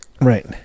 Right